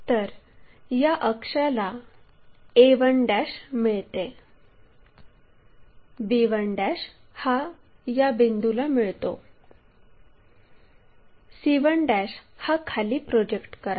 तर या X अक्षाला a1 मिळते b1 हा या बिंदूला मिळतो c1 हा खाली प्रोजेक्ट करा